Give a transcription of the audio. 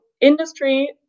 industry